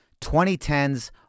2010s